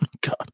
God